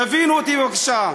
תבינו אותי בבקשה.